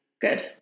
Good